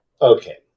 okay